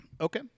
Okay